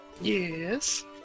Yes